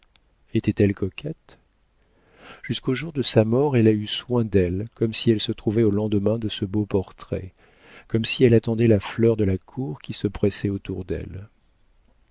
était-elle coquette jusqu'au jour de sa mort elle a eu soin d'elle comme si elle se trouvait au lendemain de ce beau portrait comme si elle attendait la fleur de la cour qui se pressait autour d'elle